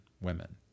women